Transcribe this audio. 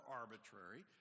arbitrary